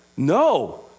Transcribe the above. No